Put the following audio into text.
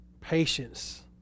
patience